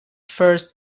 first